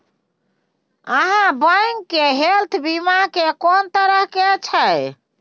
आहाँ बैंक मे हेल्थ बीमा के कोन तरह के छै?